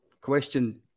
Question